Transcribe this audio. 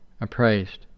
appraised